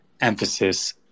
emphasis